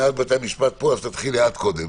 הנהלת בתי המשפט פה, אז תתחילי את קודם.